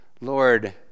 Lord